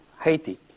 Haiti